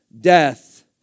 death